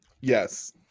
Yes